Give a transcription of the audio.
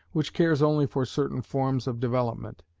which cares only for certain forms of development.